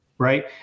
right